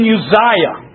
Uzziah